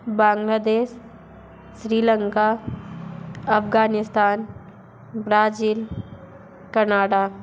Bangladesh Sri Lanka Afghanistan Brazil Canada